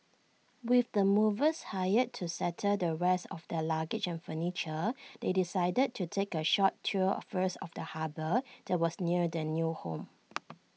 with the movers hired to settle the rest of their luggage and furniture they decided to take A short tour first of the harbour that was near their new home